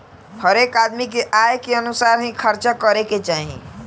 हरेक आदमी के आय के अनुसार ही खर्चा करे के चाही